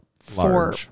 four